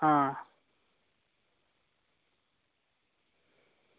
आं